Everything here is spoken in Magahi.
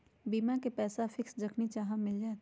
बीमा के पैसा फिक्स जखनि चाहम मिल जाएत?